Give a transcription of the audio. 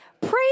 Praise